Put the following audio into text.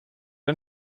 den